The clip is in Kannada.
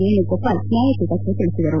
ವೇಣುಗೋಪಾಲ್ ನ್ಲಾಯಪೀಠಕ್ಕೆ ತಿಳಿಸಿದರು